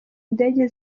indege